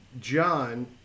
John